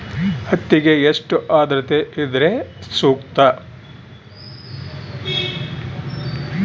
ಹತ್ತಿಗೆ ಎಷ್ಟು ಆದ್ರತೆ ಇದ್ರೆ ಸೂಕ್ತ?